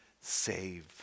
save